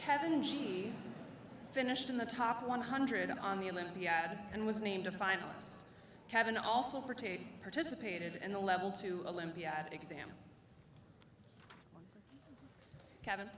cabin she finished in the top one hundred on the olympiad and was named a finalist kevin also for tate participated in the level two olympiad exam kevin